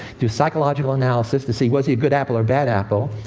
do psychological analysis to see, was he a good apple or bad apple.